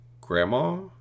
grandma